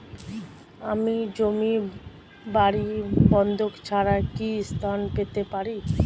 আমি জমি বাড়ি বন্ধক ছাড়া কি ঋণ পেতে পারি?